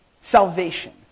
salvation